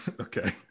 Okay